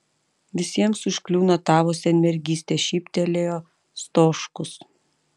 visiems užkliūna tavo senmergystė šyptelėjo stoškus